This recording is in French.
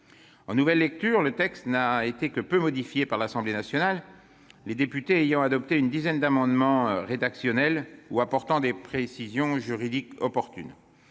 En nouvelle lecture, le texte n'a été que peu modifié par l'Assemblée nationale ; les députés ont simplement adopté une dizaine d'amendements rédactionnels ou visant à apporter des précisions juridiques opportunes.